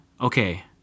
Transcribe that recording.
Okay